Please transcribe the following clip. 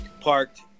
parked